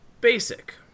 Basic